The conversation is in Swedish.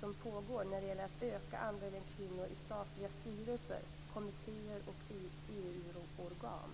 som pågår när det gäller att öka andelen kvinnor i statliga styrelser och kommittéer och i EU-organ.